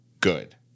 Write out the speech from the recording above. good